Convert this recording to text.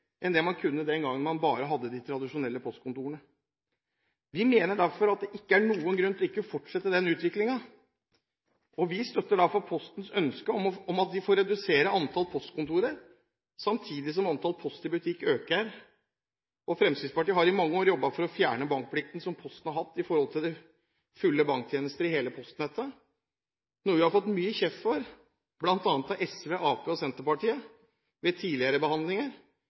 enn det man kunne den gangen man bare hadde de tradisjonelle postkontorene. Vi mener derfor det ikke er noen grunn til ikke å fortsette den utviklingen, og vi støtter derfor Postens ønske om at de får redusere antall postkontorer samtidig som antall Post i Butikk øker. Fremskrittspartiet har i mange år jobbet for å fjerne bankplikten som Posten har hatt for å ha fulle banktjenester i hele postnettet, noe vi har fått mye kjeft for, bl.a. av Arbeiderpartiet, SV og Senterpartiet ved tidligere behandlinger.